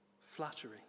flattery